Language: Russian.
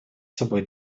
собой